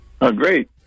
Great